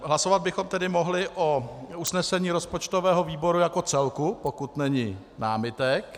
Hlasovat bychom tedy mohli o usnesení rozpočtového výboru jako celku, pokud není námitek.